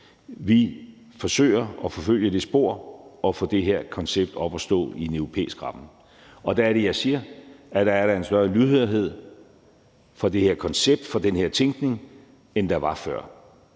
Vi forsøger at forfølge det spor og få det her koncept op at stå i en europæisk ramme, og der er det, jeg siger, at der er en større lydhørhed over for det her koncept, for den her tænkning, end der var før.